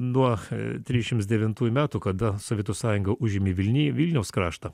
nuo trisdešims devintųjų metų kada sovietų sąjunga užėmė vilni vilniaus kraštą